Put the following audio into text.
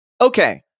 Okay